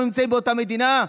אנחנו נמצאים באותה מדינה?